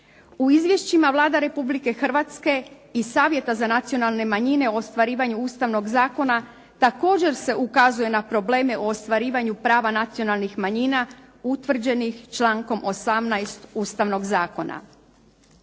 U izvješćima Vlada Republike Hrvatske i Savjeta za nacionalne manjine u ostvarivanju Ustavnog zakona također se ukazuje na probleme u ostvarivanju prava nacionalnih manjina utvrđenih člankom 18. Ustavnog zakona.